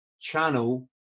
channel